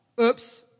oops